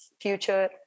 future